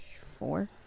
Four